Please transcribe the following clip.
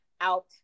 out